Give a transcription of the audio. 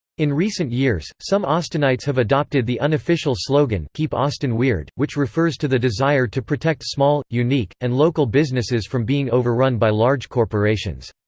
in recent years, some austinites have adopted the unofficial slogan keep austin weird, which refers to the desire to protect small, unique, and local businesses from being overrun by large corporations.